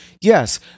Yes